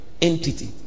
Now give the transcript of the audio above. entity